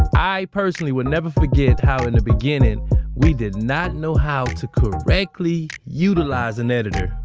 i personally would never forget how in the beginning we did not know how to correctly utilize an editor.